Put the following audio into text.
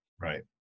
Right